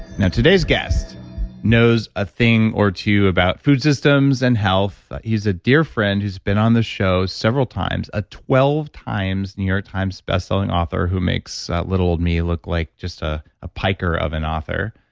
now, today's guest knows a thing or two about food systems and health. he's a dear friend who's been on the show several times, a twelve times new york times bestselling author who makes little old me look like just a a piker of an author.